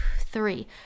three